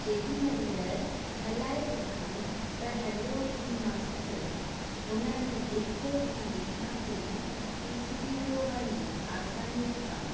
जेॾीमहिल हलाए ॾिठो त हलियो बि मस्तु हुन में जेको बि विझां पई पीसिजी पियो वञे आसानीअ सां